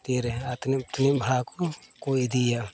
ᱛᱤᱨᱮ ᱟᱨ ᱛᱤᱱᱟᱹᱜ ᱵᱷᱟᱲᱟ ᱠᱚᱠᱚ ᱤᱫᱤᱭᱟ